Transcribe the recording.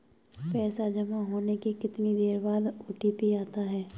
पैसा जमा होने के कितनी देर बाद ओ.टी.पी आता है?